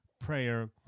Prayer